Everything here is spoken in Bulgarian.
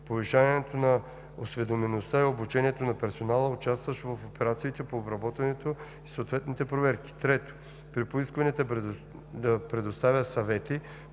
повишаването на осведомеността и обучението на персонала, участващ в операциите по обработване, и съответните проверки; 3. при поискване да предоставя съвети